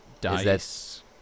Dice